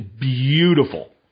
beautiful